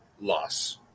loss